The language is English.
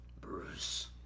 Bruce